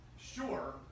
Sure